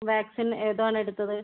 vaccine ഏതാണ് എടുത്തത്